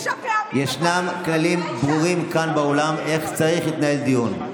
ישנם כללים ברורים כאן באולם על איך צריך להתנהל דיון.